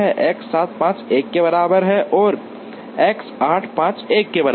X 7 5 1 के बराबर और X 8 5 1 के बराबर